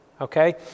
okay